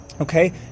okay